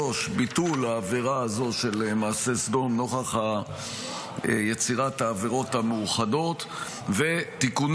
3. ביטול העבירה הזו של מעשה סדום נוכח יצירת העבירות המאוחדות ותיקונים